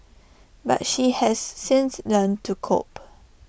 but she has since learnt to cope